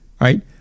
Right